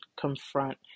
confront